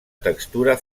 textura